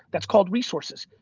that's called resources.